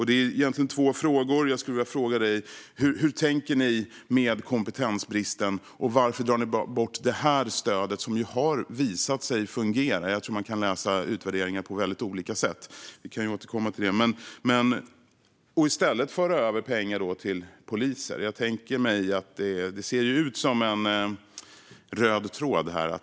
Det är egentligen två frågor. Hur tänker ni vad gäller kompetensbristen? Det här stödet har visat sig fungera. Jag tror att man kan läsa utvärderingar på väldigt olika sätt. Vi kan återkomma till det. Varför drar ni bort det stödet för att i stället föra över pengar till poliser? Det ser ut som en röd tråd.